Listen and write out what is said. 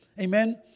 Amen